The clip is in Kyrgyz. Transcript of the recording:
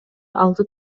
алты